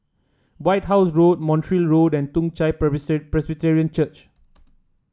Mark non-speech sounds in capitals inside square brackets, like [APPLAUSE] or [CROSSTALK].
White House Road Montreal Road and Toong Chai [UNINTELLIGIBLE] Presbyterian Church